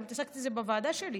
וגם אני התעסקתי בזה בוועדה שלי,